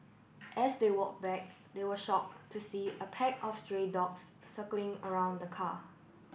as they walk back they were shock to see a pack of stray dogs circling around the car